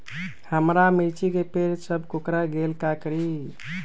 हमारा मिर्ची के पेड़ सब कोकरा गेल का करी?